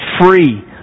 free